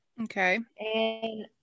Okay